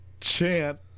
chant